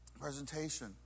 Presentation